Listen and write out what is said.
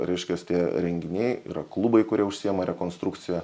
reiškias tie renginiai yra klubai kurie užsiema rekonstrukcija